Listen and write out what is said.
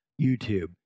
youtube